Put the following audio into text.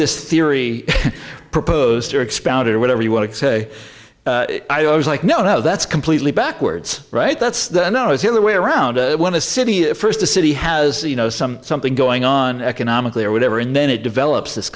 this theory proposed or expounded or whatever you want to say i was like no no that's completely backwards right that's the no is the other way around it went to city it first the city has you know some something going on economically or whatever and then it develops this